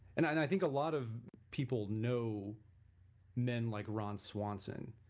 and i think a lot of people know men like ron swanson,